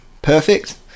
perfect